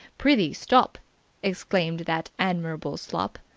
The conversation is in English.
prithee stop exclaimed that admirable slop.